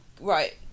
Right